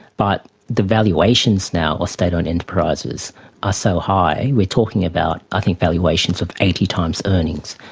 but the valuations now of state owned enterprises are so high, we are talking about i think valuations of eighty times earnings.